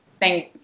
Thank